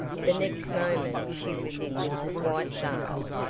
the next moment she was in mrs. white's arms,